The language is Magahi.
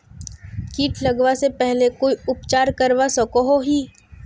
किट लगवा से पहले कोई उपचार करवा सकोहो ही?